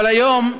אבל היום,